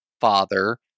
father